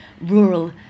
rural